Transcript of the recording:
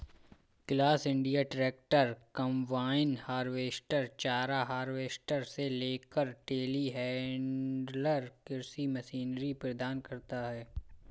class India tractor, combine harvester, चारा harvester से लेकर टेलीहैंडलर कृषि मशीनरी प्रदान करता है